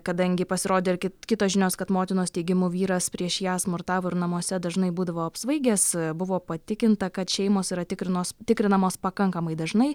kadangi pasirodė ir kit kitos žinios kad motinos teigimu vyras prieš ją smurtavo ir namuose dažnai būdavo apsvaigęs buvo patikinta kad šeimos yra tikrinos tikrinamos pakankamai dažnai